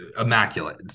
Immaculate